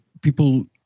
people